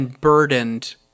burdened